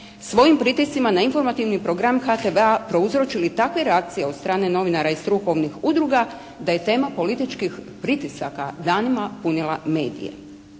svojim pritiscima na informativni program HTV-a prouzročili takve reakcije novinara i strukovnih udruga da je tema političkih pritisaka danima punila medije